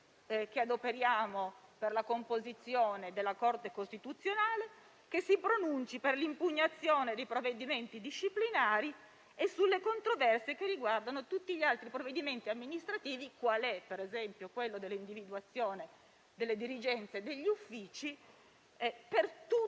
che adoperiamo per la composizione della Corte costituzionale, che si pronunci per l'impugnazione dei provvedimenti disciplinari e sulle controversie che riguardano tutti gli altri provvedimenti amministrativi, qual è per esempio quello dell'individuazione delle dirigenze degli uffici, per tutte le